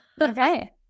okay